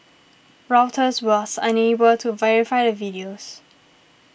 Reuters was unable to verify the videos